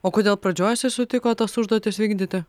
o kodėl pradžioj jisai sutiko tas užduotis vykdyti